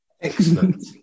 Excellent